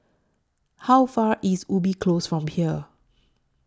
How Far away IS Ubi Close from here